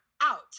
out